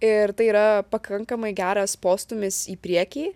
ir tai yra pakankamai geras postūmis į priekį